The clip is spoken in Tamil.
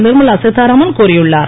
நிர்மலா சீதாராமன் கூறியுள்ளார்